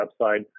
upside